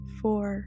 four